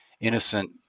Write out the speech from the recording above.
innocent